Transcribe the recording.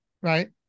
right